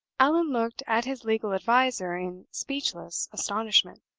allan looked at his legal adviser in speechless astonishment.